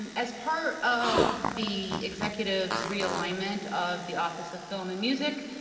and as part of the executives realignment of the office of film and music,